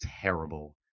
terrible